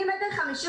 הגובה שלי 1.52 מטר.